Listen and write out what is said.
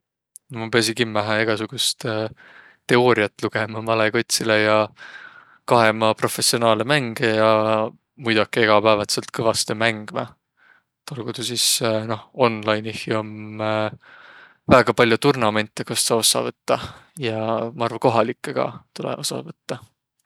Maq piäsiq kimmähe egäsugust teooriat lugõma malõ kotsilõ ja kaema professionaalõ mänge ja muidokiq egapäävatselt kõvastõ mängmä. Et olguq tuu sis noh onlainih jo om väega pall'o turnamente, kost saa ossa võttaq ja maq arva, kohalikkõ ka tulõ ossa võttaq.